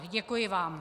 Děkuji vám.